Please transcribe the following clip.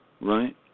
right